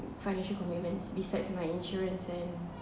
financial commitments besides my insurance and